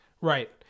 Right